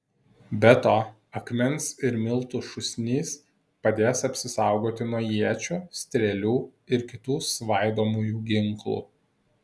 be to akmens ir miltų šūsnys padės apsisaugoti nuo iečių strėlių ir kitų svaidomųjų ginklų